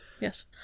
Yes